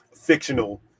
fictional